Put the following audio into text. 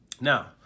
Now